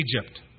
Egypt